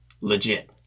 legit